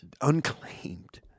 Unclaimed